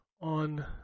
on